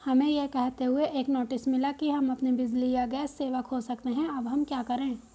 हमें यह कहते हुए एक नोटिस मिला कि हम अपनी बिजली या गैस सेवा खो सकते हैं अब हम क्या करें?